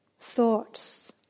Thoughts